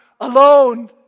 alone